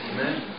Amen